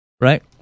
right